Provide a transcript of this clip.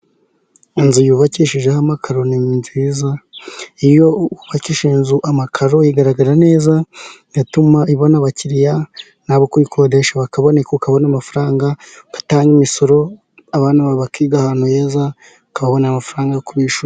Inzu yubakishijeho amakaro ni nziza iyo wubakishije inzu amakaro igaragara neza, bigatuma ibona abakiriya nabo kuyikodesha bakaboneka ukabona amafaranga, ugatanga imisoro abana bawe bakiga ahantu heza ukabona amafaranga yo kubishyurira.